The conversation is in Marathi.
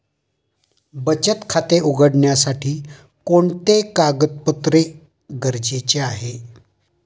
बचत खाते उघडण्यासाठी कोणते कागदपत्रे गरजेचे आहे?